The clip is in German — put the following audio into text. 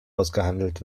ausgehandelt